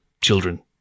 children